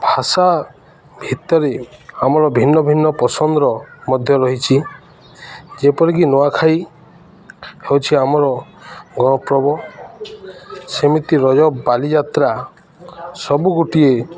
ଭାଷା ଭିତରେ ଆମର ଭିନ୍ନ ଭିନ୍ନ ପସନ୍ଦର ମଧ୍ୟ ରହିଛିି ଯେପରିକି ନୂଆଖାଇ ହେଉଛି ଆମର ପର୍ବ ସେମିତି ରଜ ବାଲିଯାତ୍ରା ସବୁ ଗୋଟିଏ